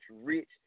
rich